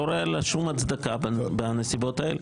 לא רואה לה שום הצדקה שום הצדקה בנסיבות האלה.